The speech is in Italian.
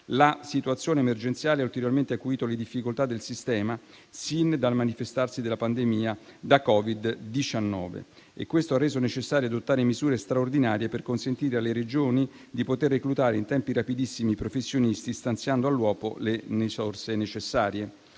La situazione emergenziale ha ulteriormente acuito le difficoltà del sistema sin dal manifestarsi della pandemia da Covid-19. Questo ha reso necessario adottare misure straordinarie per consentire alle Regioni di poter reclutare in tempi rapidissimi i professionisti, stanziando all'uopo le risorse necessarie.